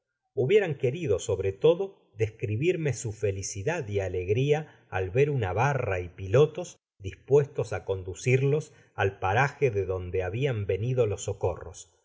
hubieran querido sobre todo describirme su felicidad y alegria al ver una barca y pilotos dispuestos á conducirlos al paraje de donde ha bian venido los socorros